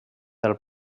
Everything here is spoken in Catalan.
del